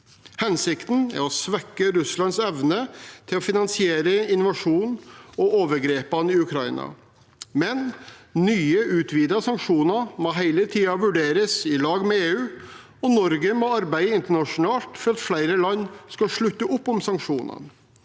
Hensikten er å svekke Russlands evne til å finansiere invasjonen og overgrepene i Ukraina. Nye utvidede sanksjoner må hele tiden vurderes i lag med EU, og Norge må arbeide internasjonalt for at flere land skal slutte opp om sanksjonene.